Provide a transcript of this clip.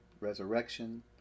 resurrection